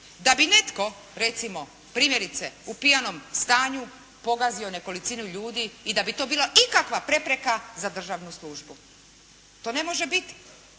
da bi netko recimo primjerice u pijanom stanju pogazio nekolicinu ljudi i da bi to bila ikakva prepreka za državnu službu. To ne može biti,